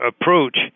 approach